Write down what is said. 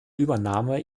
übernahme